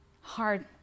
hard